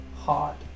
hot